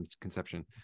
Conception